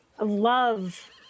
love